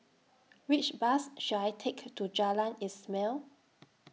Which Bus should I Take to Jalan Ismail